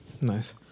Nice